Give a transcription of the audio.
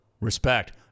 Respect